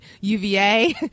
UVA